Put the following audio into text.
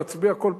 להצביע כל פעם,